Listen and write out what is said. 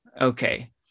okay